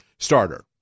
Starter